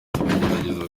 tugerageza